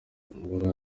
ibaruwa